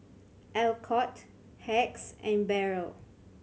Alcott Hacks and Barrel